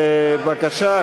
בבקשה,